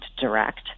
direct